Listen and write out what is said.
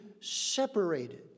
separated